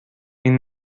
این